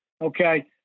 okay